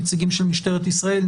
נציגים של משטרת ישראל,